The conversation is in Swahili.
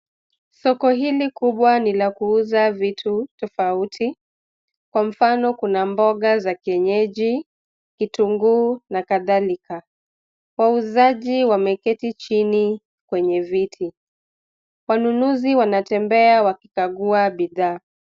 Soko hili kubwa ni la kuuza vitu tofauti. Kwa mfano kuna: mboga za kienyenji, kitunguu na kadhalika. Wauzaji wameketi chini kwenye viti. Wanunuzi wanatembea wakikagua bidhaa.